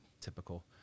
typical